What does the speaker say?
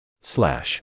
Slash